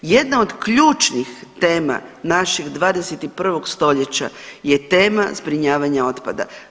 Jedna od ključnih tema našeg 21. stoljeća je tema zbrinjavanja otpada.